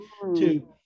to-